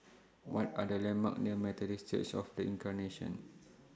What Are The landmarks near Methodist Church of The Incarnation